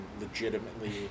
legitimately